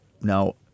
Now